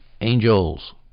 angels